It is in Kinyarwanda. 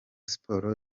sport